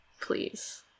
please